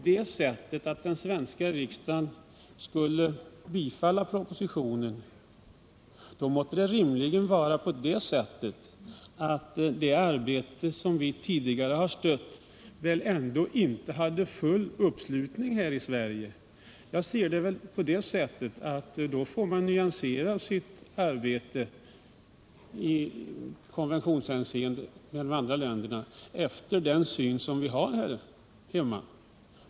Om den svenska riksdagen bifaller propositionen måtte det väl rimligen vara på det sättet att det inte fanns full anslutning här i Sverige till det arbete som vi tidigare stött. Enligt min mening får man då nyansera sitt arbete när det gäller konventioner med andra länder med hänsyn tagen till den syn som vi har här hemma.